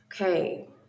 Okay